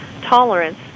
tolerance